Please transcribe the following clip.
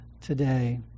today